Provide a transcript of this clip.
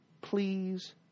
please